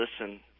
listen